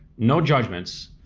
no judgements,